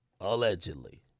Allegedly